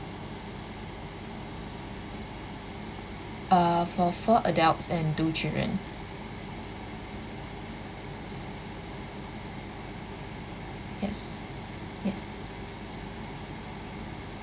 uh for four adults and two children yes yes